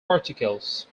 particles